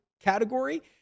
category